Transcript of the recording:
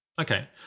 Okay